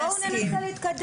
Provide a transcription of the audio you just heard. בסדר, אבל בואו ננסה להתקדם.